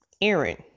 Aaron